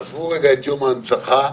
עזבו את יום ההנצחה,